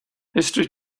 history